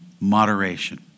Moderation